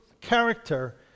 character